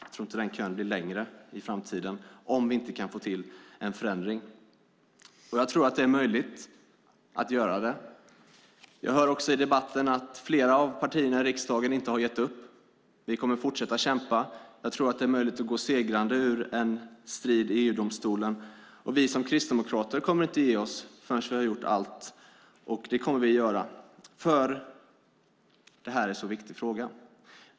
Jag tror inte att den kön blir längre i framtiden om vi inte kan få till en förändring. Och jag tror att det är möjligt att få det. Jag hör också i debatten att flera av partierna i riksdagen inte har gett upp. Vi kommer att fortsätta att kämpa. Jag tror att det är möjligt att gå segrande ur en strid i EU-domstolen. Vi som kristdemokrater kommer inte att ge oss förrän vi har gjort allt och det kommer vi att göra, för det här är en mycket viktig fråga.